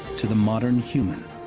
to the modern human.